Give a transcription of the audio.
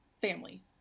family